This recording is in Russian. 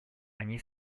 они